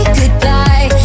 goodbye